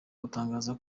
gutangaza